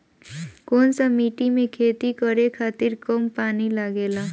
कौन सा मिट्टी में खेती करे खातिर कम पानी लागेला?